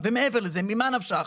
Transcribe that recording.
ומעבר לזה, ממה נפשך?